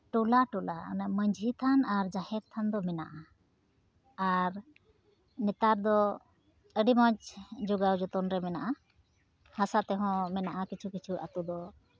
ᱴᱚᱞᱟᱼᱴᱚᱞᱟ ᱚᱱᱟ ᱢᱟᱹᱡᱷᱤ ᱛᱷᱟᱱ ᱟᱨ ᱡᱟᱦᱮᱨ ᱛᱷᱟᱱ ᱫᱚ ᱢᱮᱱᱟᱜᱼᱟ ᱟᱨ ᱱᱮᱛᱟᱨ ᱫᱚ ᱟᱹᱰᱤ ᱢᱚᱡᱽ ᱡᱚᱜᱟᱣ ᱡᱚᱛᱚᱱ ᱨᱮ ᱢᱮᱱᱟᱜᱼᱟ ᱦᱟᱥᱟ ᱛᱮᱦᱚᱸ ᱢᱮᱱᱟᱜᱼᱟ ᱠᱤᱪᱷᱩ ᱠᱤᱪᱷᱩ ᱟᱹᱛᱩ ᱫᱚ